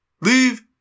Leave